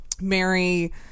Mary